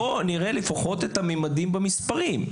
בואו לפחות נראה את הממדים במספרים.